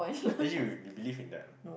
eh you you believe in that ah